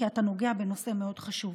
כי אתה נוגע בנושא מאוד חשוב.